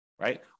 right